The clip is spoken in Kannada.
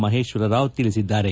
ಮಹೇಶ್ವರ ರಾವ್ ತಿಳಿಸಿದ್ದಾರೆ